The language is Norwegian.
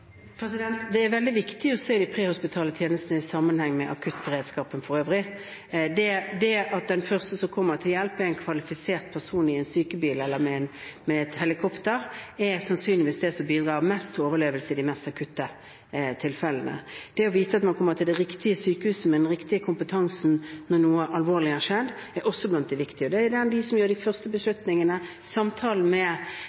Det er veldig viktig å se de prehospitale tjenestene i sammenheng med akuttberedskapen for øvrig. Det at den første som kommer for å hjelpe, er en kvalifisert person i en sykebil eller et helikopter, er sannsynligvis det som bidrar mest til overlevelse i de mest akutte tilfellene. Det å vite at man kommer til det riktige sykehuset, med den riktige kompetansen, når noe alvorlig har skjedd, er også viktig. Det er gjerne de som gjør de første beslutningene. Samtalen med